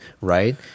right